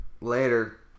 Later